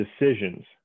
decisions